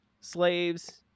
slaves